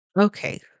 Okay